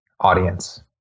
audience